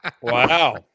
Wow